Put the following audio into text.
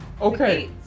okay